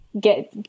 get